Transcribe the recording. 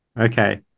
okay